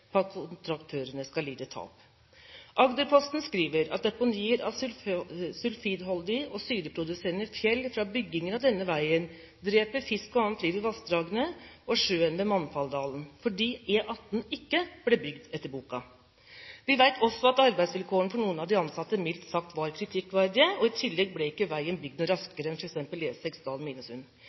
kontraktørene skal lide tap. Agderposten skriver at deponier av sulfidholdig og syreproduserende fjell fra byggingen av denne veien dreper fisk og annet liv i vassdragene og sjøen ved Mannfalldalen fordi E18 ikke ble bygd etter boka. Vi vet også at arbeidsvilkårene for noen av de ansatte mildt sagt var kritikkverdige, og i tillegg ble ikke veien bygd noe raskere enn